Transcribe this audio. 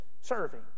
serving